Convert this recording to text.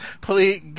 Please